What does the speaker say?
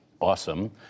awesome